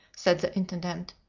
said the intendant.